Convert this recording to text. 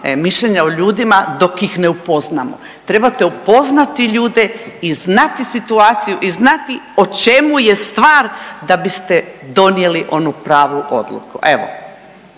mišljenja o ljudima dok ih ne upoznamo. Trebate upoznati ljude i znati situaciju i znati o čemu je star da biste donijeli onu pravu odluku. Evo